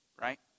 Right